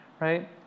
right